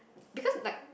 because like